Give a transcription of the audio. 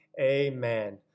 amen